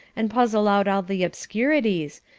and puzzle out all the obscurities,